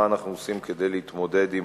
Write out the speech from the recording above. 2. אם כן, מה נעשה כדי להתמודד עם